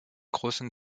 großen